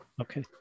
Okay